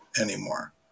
anymore